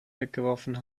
weggeworfen